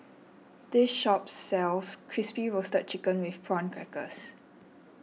this shop sells Crispy Roasted Chicken with Prawn Crackers